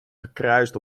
gekruist